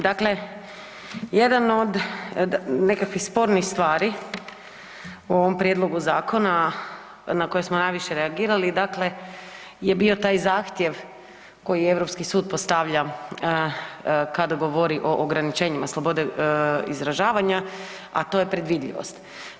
Dakle, jedan od nekakvih spornih stvari u ovom Prijedlogu zakona na koje smo najviše reagirali dakle je bio taj zahtjev koji Europski sud postavlja kada govori o ograničenjima slobode izražavanja, a to je predvidljivost.